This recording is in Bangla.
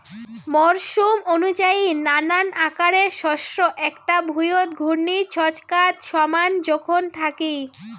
মরসুম অনুযায়ী নানান আকারের শস্য এ্যাকটা ভুঁইয়ত ঘূর্ণির ছচকাত সমান জোখন থাকি